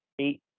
eight